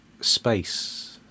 space